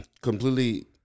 completely